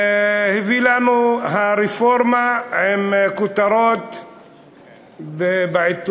הביא לנו את הרפורמה עם כותרות בעיתונות,